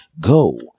Go